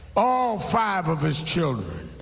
all five of his children,